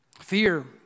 Fear